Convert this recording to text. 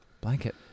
blanket